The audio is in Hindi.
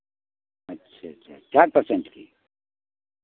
अच्छा अच्छा साठ पर्सेंट की